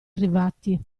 arrivati